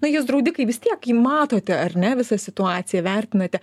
na jis draudikai vis tiek jį matote ar ne visą situaciją vertinate